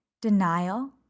denial